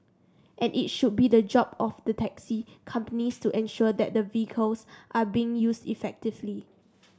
and it should be the job of the taxi companies to ensure that the vehicles are being used effectively